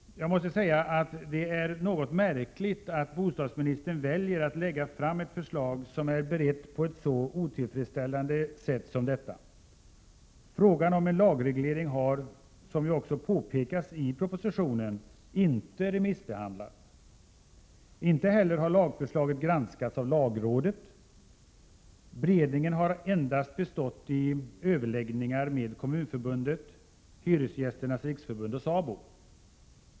Jag måste säga att det är något märkligt att bostadsministern väljer att lägga fram ett förslag, som är berett på ett så otillfredsställande sätt som detta. Frågan om en lagreglering har, som ju också påpekas i propositionen, inte remissbehandlats. Inte heller har lagförslaget granskats av lagrådet. Beredningen har endast bestått i överläggningar med Kommunförbundet, Hyresgästernas riksförbund och SABO.